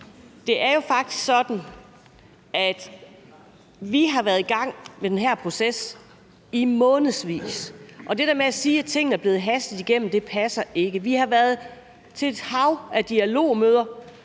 Det er jo faktisk sådan, at vi har været i gang med den her proces i månedsvis, og det der med at sige, at tingene er blevet hastet igennem, passer ikke. Vi har været til et hav af dialogmøder,